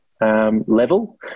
Level